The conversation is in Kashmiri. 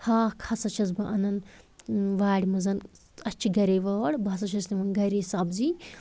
ہاکھ ہسا چھَس بہٕ اَنان وارِ منٛز اَسہِ چھِ گَرے وٲر بہٕ ہسا چھَس نِوان گَرے سبزی